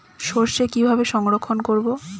সরষে কিভাবে সংরক্ষণ করব?